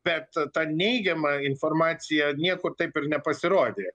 bet ta neigiama informacija niekur taip ir nepasirodė